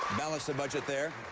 balanced a budget there.